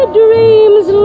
dreams